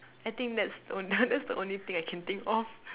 I think that's oh no that's the only thing I can think of